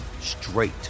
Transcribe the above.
straight